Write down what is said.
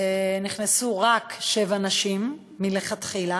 נכנסו רק שבע נשים מלכתחילה.